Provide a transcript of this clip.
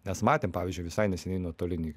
nes matėm pavyzdžiui visai neseniai nuotolinį